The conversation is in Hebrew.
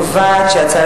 קודם